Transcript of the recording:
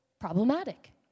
problematic